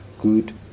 good